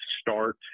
start